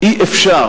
ואי-אפשר